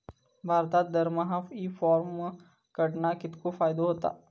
भारतात दरमहा e commerce कडणा कितको फायदो होता?